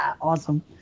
awesome